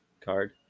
card